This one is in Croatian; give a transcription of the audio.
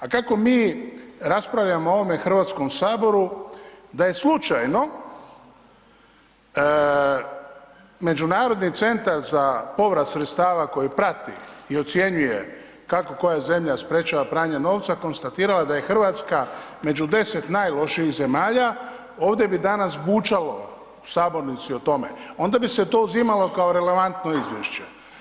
A kako mi raspravljamo u ovome Hrvatskom saboru, da je slučajno Međunarodni centar za povrat sredstava koji prati i ocjenjuje kako koja zemlja sprječava pranje novca konstatirala da je Hrvatska među 10 najlošijih zemalja, ovdje bi danas bučalo u sabornici o tome. onda bi se to uzimalo kao relevantno izvješće.